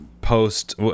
post